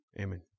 Amen